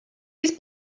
his